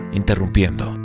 interrumpiendo